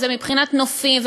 אם זה מבחינת נופים,